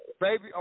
baby